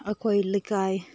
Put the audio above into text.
ꯑꯩꯈꯣꯏ ꯂꯩꯀꯥꯏ